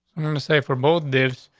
i'm going to say for both deaths,